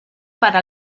para